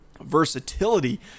versatility